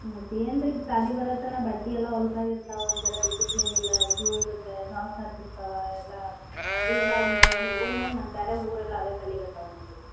ಮತ್ತೇನು ರೀ ಸಾಲೆ ಬರೋತನ ಬಟ್ಟೆ ಎಲ್ಲ ಹೊಲ್ಸಾಗಿ ಇರ್ತಾವೆ ಒಂದು ಜರ ಡಿಸಿಪ್ಲಿನ್ ಇಲ್ಲ ಶೂಸ್ಕೆ ಸೊಕ್ಸ್ ಹರ್ದು ಇರ್ತಾವೆ ಎಲ್ಲ ಮಂದಿ ಎಲ್ಲವು ನಿಮ್ಮ ಹುಡ್ಗುನ ಮತ್ತೆ ಬೇರೆ ಹುಡುಗರು ಎಲ್ಲ ಅದೇ ಕಲಿಕತ್ತಾವೆ ನೋಡಿರಿ